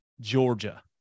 Georgia